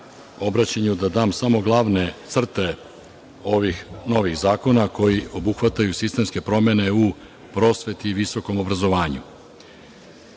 obraćanju daću samo glavne crte ovih novih zakona koji obuhvataju sistemske promene u prosveti i visokom obrazovanju. Predlog